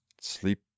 sleep